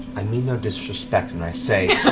i mean no disrespect when i say,